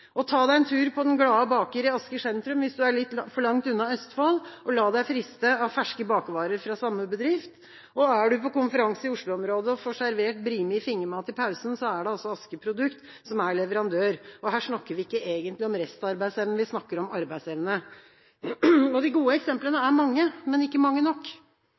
og hvis interpellanten er litt for langt unna Østfold, kan han ta seg en tur på Den Glade Baker i Asker sentrum og la seg friste av ferske bakervarer fra samme bedrift. Er man på konferanse i Oslo-området og får servert Brimi fingermat i pausen, er det også Asker Produkt som er leverandør. Her snakker vi ikke egentlig om restarbeidsevne. Vi snakker om arbeidsevne. De gode eksemplene er mange, men ikke mange nok.